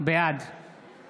בעד